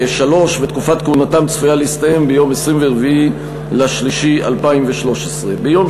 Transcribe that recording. ותקופת כהונתם צפויה להסתיים ביום 24 במרס 2013. ביום